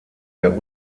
der